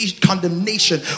condemnation